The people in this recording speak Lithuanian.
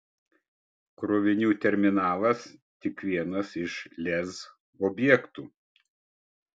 krovinių terminalas tik vienas iš lez objektų